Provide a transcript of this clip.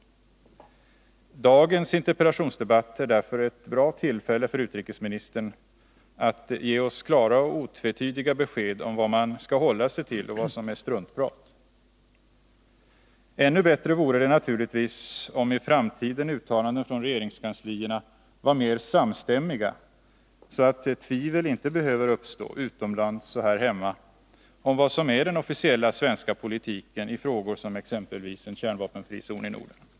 Dagens interpellationsdebatt är därför ett bra tillfälle för utrikesministern att ge oss klara och otvetydiga besked om vad man skall hålla sig till och vad som är struntprat. Ännu bättre vore det naturligtvis om, i framtiden, uttalanden från regeringskanslierna var mer samstämmiga så att tvivel inte behöver uppstå utomlands och här hemma om vad som är den officiella svenska politiken i frågor som exempelvis frågan om en kärnvapenfri zon i Norden.